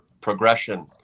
progression